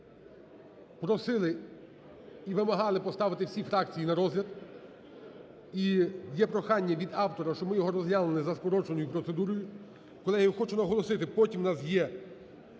просили і вимагали поставити всі фракції на розгляд і є прохання від автора, щоб ми його розглянули за скороченою процедурою. Колеги, я хочу наголосити: потім у нас є